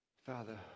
Father